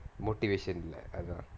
motivation leh